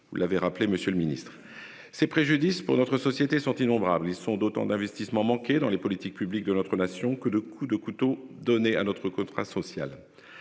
vous l'avez rappelé. Monsieur le Ministre ces préjudices pour notre société sont innombrables. Ils sont d'autant d'investissements manquer dans les politiques publiques de notre nation que de coups de couteau donné à notre contrat social.